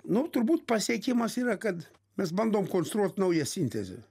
nu turbūt pasiekimas yra kad mes bandom konstruot naują sintezę